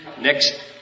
next